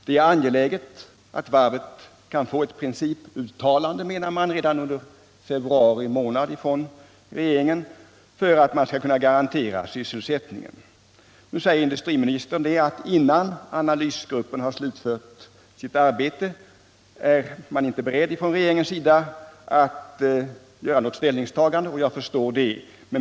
Det är angeläget, menar man, att varvet kan få ett principuttalande från regeringen redan under februari månad, om man skall kunna garantera sysselsättningen. Nu säger industriministern att innan analysgruppen har slutfört sitt arbete är regeringen inte beredd att ta ställning, och jag förstår det.